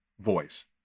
voice